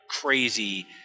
crazy